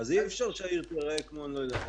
אי-אפשר שהעיר תיראה כמו אני לא יודע מה.